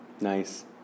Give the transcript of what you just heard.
Nice